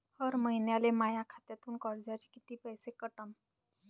हर महिन्याले माह्या खात्यातून कर्जाचे कितीक पैसे कटन?